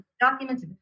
documents